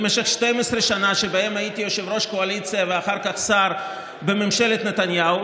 במשך 12 שנה שבהן הייתי יושב-ראש קואליציה ואחר כך שר בממשלת נתניהו,